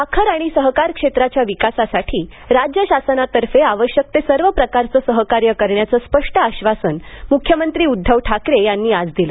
साखर आणि सहकार क्षेत्राच्या विकासासाठी राज्य शासनातर्फे आवश्यक ते सर्व प्रकारचं सहकार्य करण्याचं स्पष्ट आश्वासन मुख्यमंत्री उद्धव ठाकरे यांनी आज दिलं